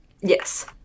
Yes